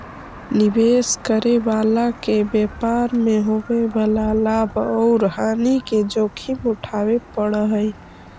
निवेश करे वाला के व्यापार मैं होवे वाला लाभ औउर हानि के जोखिम उठावे पड़ऽ हई